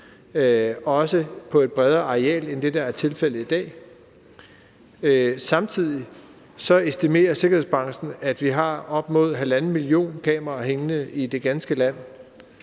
også på et større areal end det, der er tilfældet i dag. Samtidig estimerer sikkerhedsbranchen, at vi har op imod halvanden million kameraer hængende i det ganske land.